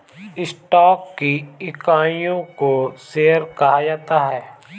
stock की इकाइयों को शेयर कहा जाता है